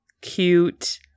cute